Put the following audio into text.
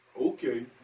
Okay